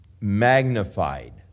magnified